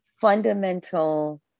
fundamental